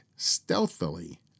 stealthily